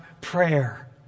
prayer